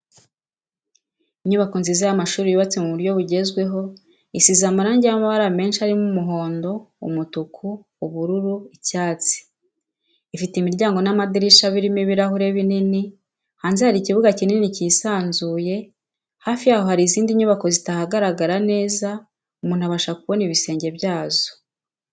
Inyubako nziza y'amashuri yubatse mu buryo bugezweho, isize amarangi y'amabara menshi arimo umuhondo, umutuku, ubururu, icyatsi, ifite imiryango n'amadirishya birimo ibirahuri binini, hanze hari ikibuga kinini kisanzuye, hafi yaho hari izindi nyubako zitaharagara neza umuntu abasha kubona ibisenge byazo.